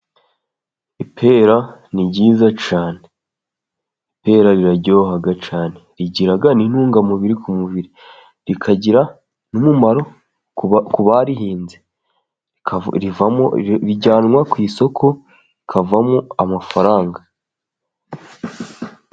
Ipera ni ryiza cyane, ipera riraryoha cyane rigira n' intungamubiri ku mubiri, rikagira n'umumaro ku barihinze rijyanwa ku isoko rikavamo amafaranga.